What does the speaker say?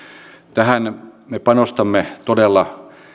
tähän me panostamme todella